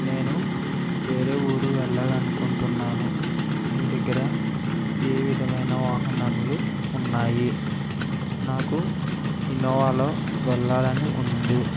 నేను వేరే ఊరు వెళ్ళాలని అనుకుంటున్నాను మీ దగ్గర ఏ విధమైన వాహనాలు ఉన్నాయి నాకు ఇన్నోవాలో వెళ్ళాలని ఉంది